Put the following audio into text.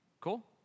Cool